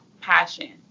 passion